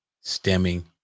stemming